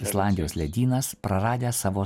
islandijos ledynas praradęs savo